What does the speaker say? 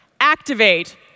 Activate